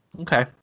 okay